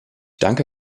danke